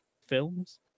films